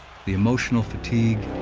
the emotional fatigue,